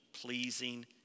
pleasing